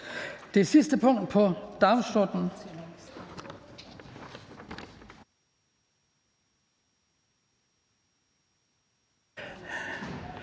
Det sidste punkt på dagsordenen